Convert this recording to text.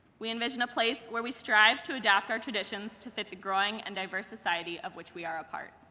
we envision a place where we strive to adopt our traditions to fit the growing and diverse society of which we are a part.